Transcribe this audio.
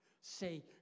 say